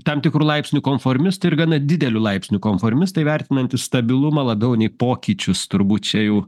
tam tikru laipsniu konformistu ir gana dideliu laipsniu konformistai vertinantys stabilumą labiau nei pokyčius turbūt čia jau